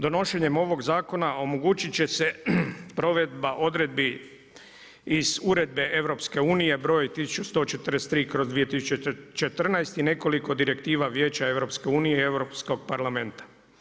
Donošenjem ovog zakona omogućit će se provedba odredbi iz Uredbe EU-a broj 1143/14 i nekoliko direktiva Vijeća EU-a i Europskog parlamenta.